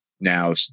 now